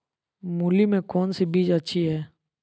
मूली में कौन सी बीज अच्छी है?